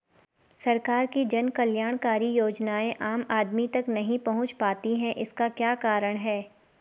सरकार की जन कल्याणकारी योजनाएँ आम आदमी तक नहीं पहुंच पाती हैं इसका क्या कारण है?